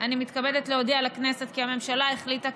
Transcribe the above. אני מתכבדת להודיע לכנסת כי הממשלה החליטה,